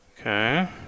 Okay